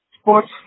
sports